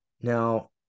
Now